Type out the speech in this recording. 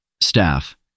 staff